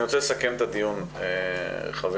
אני רוצה לסכם את הדיון, חברים.